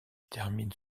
termine